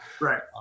Right